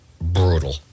brutal